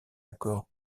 accord